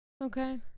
Okay